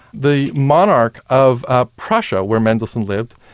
the monarch of ah prussia, where mendelssohn lived,